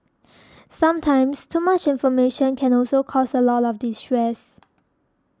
sometimes too much information can also cause a lot of distress